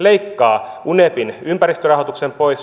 leikkaa unefin ympäristörahoituksen pois